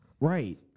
Right